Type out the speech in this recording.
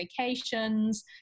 vacations